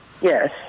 Yes